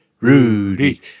Rudy